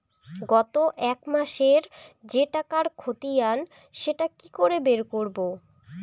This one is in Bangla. গত এক মাসের যে টাকার খতিয়ান সেটা কি করে বের করব?